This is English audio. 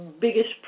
biggest